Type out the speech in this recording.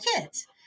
kids